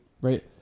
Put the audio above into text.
right